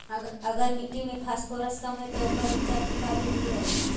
अगर मट्टी में फास्फोरस कम है त ओकर उपचार के का बिधि है?